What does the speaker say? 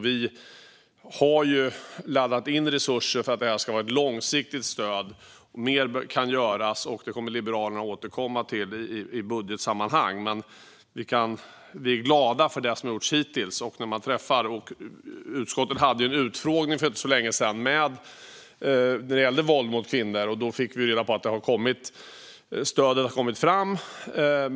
Vi har laddat med resurser för ett långsiktigt stöd. Mer kan göras, och det kommer Liberalerna att återkomma till i budgetsammanhang. Men vi är glada för det som har gjorts hittills. Utskottet hade en utfrågning för inte så länge sedan om våld mot kvinnor. Då fick vi reda på att stöden har kommit fram.